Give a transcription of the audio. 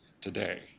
today